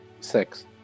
Six